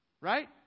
right